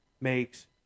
makes